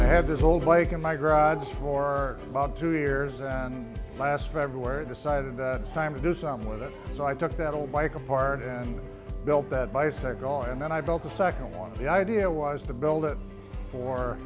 i had this old bike in my garage for about two years and last february decide and it's time to do something with it so i took that old bike apart and built that bicycle and then i built the second one the idea was to build it for